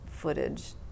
Footage